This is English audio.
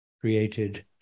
created